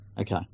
Okay